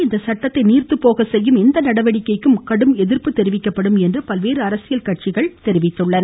இதனிடையே இந்த சட்டத்தை நீர்த்து போகச் செய்யும் எந்த நடவடிக்கைக்கும் கடும் எதிர்ப்பு தெரிவிக்கப்படும் என பல்வேறு அரசியல் கட்சிகள் தெரிவித்துள்ளன